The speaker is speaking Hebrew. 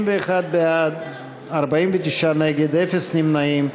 61 בעד, 49 נגד, אפס נמנעים.